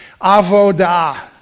avodah